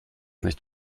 nicht